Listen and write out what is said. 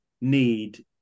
need